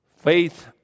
Faith